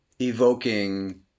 evoking –